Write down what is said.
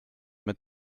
mit